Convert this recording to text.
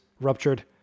ruptured